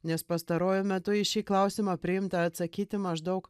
nes pastaruoju metu į šį klausimą priimta atsakyti maždaug